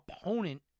opponent